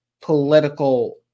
political